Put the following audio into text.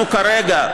אנחנו כרגע,